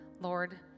lord